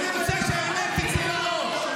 אני רוצה שהאמת תצא לאור.